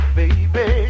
baby